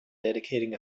dedicating